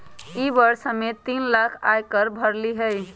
ई वर्ष हम्मे तीन लाख आय कर भरली हई